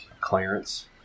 Clarence